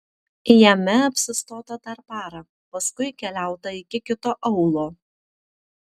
jame apsistota dar parą paskui keliauta iki kito aūlo